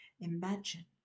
Imagine